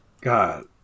God